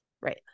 right